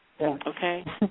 Okay